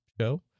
show